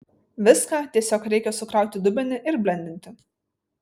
viską tiesiog reikia sukrauti į dubenį ir blendinti